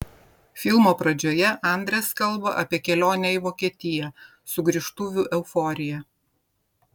filmo pradžioje andres kalba apie kelionę į vokietiją sugrįžtuvių euforiją